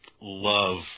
love